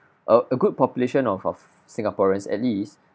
a a good population of of singaporeans at least